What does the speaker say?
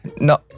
no